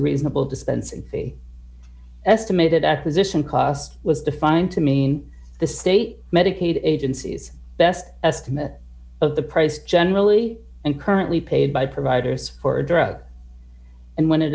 reasonable dispensing the estimated acquisition cost was defined to mean the state medicaid agency's best estimate of the price generally and currently paid by providers for drug and when it